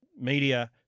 media